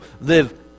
live